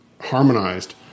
harmonized